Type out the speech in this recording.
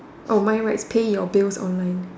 oh mine writes pay your bills online